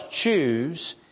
choose